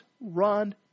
run